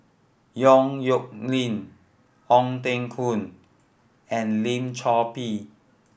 Yong Nyuk Lin Ong Teng Koon and Lim Chor Pee